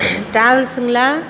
ட்ராவல்ஸுங்களா